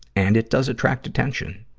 and it does attract attention.